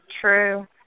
true